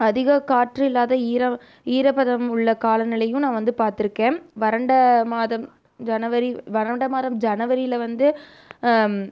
அதிக காற்று இல்லாத ஈரம் ஈரப்பதம் உள்ள காலநிலையும் நான் வந்து பார்த்துருக்கேன் வறண்ட மாதம் ஜனவரி வறண்ட மாதம் ஜனவரியில வந்து